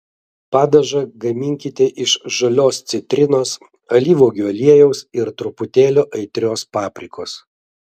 padažą gaminkite iš žalios citrinos alyvuogių aliejaus ir truputėlio aitrios paprikos